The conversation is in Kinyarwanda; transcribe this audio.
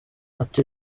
ati